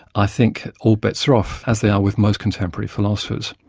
i think all bets are off, as they are with most contemporary philosophers.